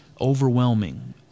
Overwhelming